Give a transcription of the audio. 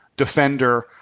defender